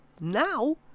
Now